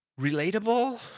Relatable